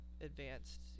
Advanced